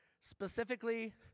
specifically